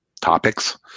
topics